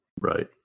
Right